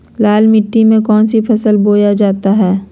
लाल मिट्टी में कौन सी फसल बोया जाता हैं?